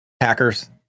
hackers